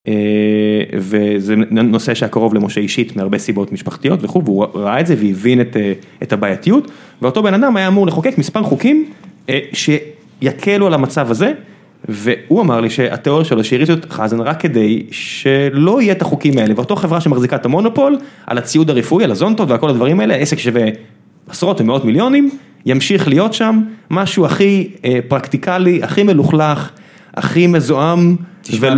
וזה נושא שהיה קרוב למשה אישית, מהרבה סיבות משפחתיות וכו', והוא ראה את זה והבין את הבעייתיות. ואותו בן אדם היה אמור לחוקק מספר חוקים שיקלו על המצב הזה, והוא אמר לי שהתיאוריה שלו, שהריצו את חזן רק כדי שלא יהיה את החוקים האלה. ואותו חברה שמחזיקה את המונופול על הציוד הרפואי, על הזונדות ועל כל הדברים האלה, העסק שבעשרות ומאות מיליונים, ימשיך להיות שם משהו הכי פרקטיקלי הכי מלוכלך הכי מזוהם...